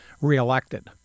reelected